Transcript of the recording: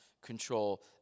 control